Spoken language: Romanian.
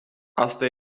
asta